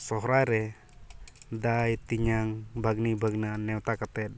ᱥᱚᱨᱦᱟᱭᱨᱮ ᱫᱟᱹᱭ ᱛᱤᱧᱟᱝ ᱵᱷᱟᱜᱽᱱᱤ ᱵᱷᱟᱜᱽᱱᱟᱹ ᱱᱮᱣᱛᱟ ᱠᱟᱛᱮᱫ